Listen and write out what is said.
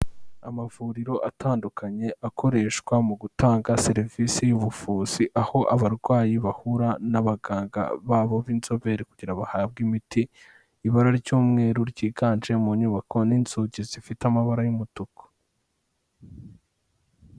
Amavuriro atandukanye akoreshwa mu gutanga serivisi y'ubuvuzi aho abarwayi bahura n'abaganga babo b'inzobere kugira bahabwe imiti. ibara ry'umweru ryiganje mu nyubako n'inzugi zifite amabara y'umutuku.